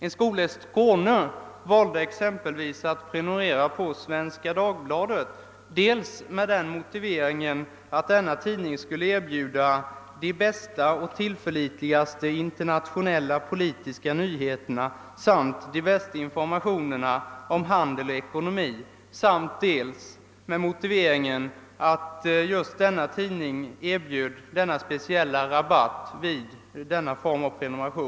En skola i Skåne valde exempelvis att prenumerera på Svenska Dagbladet dels med motiveringen att denna tidning skulle erbjuda de bästa och tillförlitligaste internationella politiska nyheterna samt de bästa informationerna om handel och ekonomi, dels med motiveringen att just denna tidning erbjudit denna speciella rabatt vid denna form av prenumeration.